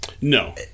no